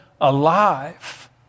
alive